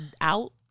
out